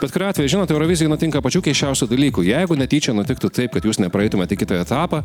bet kuriuo atveju žinote eurovizijoj nutinka pačių keisčiausių dalykų jeigu netyčia nutiktų taip kad jūs nepraeitumėt į kitą etapą